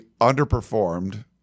underperformed